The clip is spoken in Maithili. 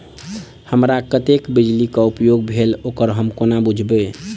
हमरा कत्तेक बिजली कऽ उपयोग भेल ओकर हम कोना बुझबै?